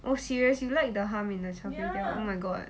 oh serious you like the hum in the char kway teow oh my god